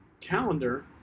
calendar